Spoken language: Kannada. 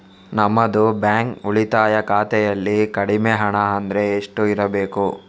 ನಮ್ಮದು ಬ್ಯಾಂಕ್ ಉಳಿತಾಯ ಖಾತೆಯಲ್ಲಿ ಕಡಿಮೆ ಹಣ ಅಂದ್ರೆ ಎಷ್ಟು ಇರಬೇಕು?